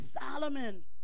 Solomon